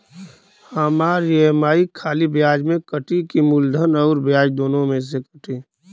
हमार ई.एम.आई खाली ब्याज में कती की मूलधन अउर ब्याज दोनों में से कटी?